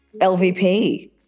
LVP